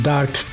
Dark